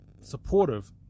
supportive